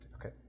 okay